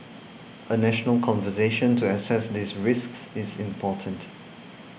a national conversation to assess these risks is important